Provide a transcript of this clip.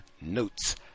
notes